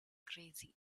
crazy